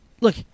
look –